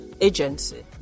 agency